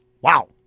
Wow